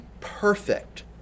perfect